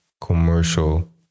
commercial